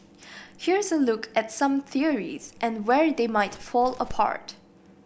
here's a look at some theories and where they might fall apart